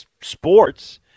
sports